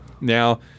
Now